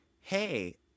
Hey